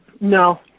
No